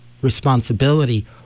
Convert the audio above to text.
responsibility